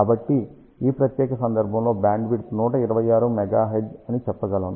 కాబట్టి ఈ ప్రత్యేక సందర్భంలో బ్యాండ్విడ్త్ 126 MHz అని చెప్పగలను